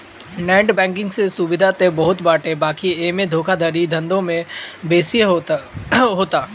net banking से सुविधा त बहुते बाटे बाकी एमे धोखाधड़ी के धंधो भी बेसिये होता